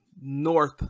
north